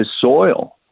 soil